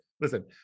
listen